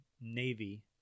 Navy